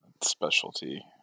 specialty